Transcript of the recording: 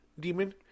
Demon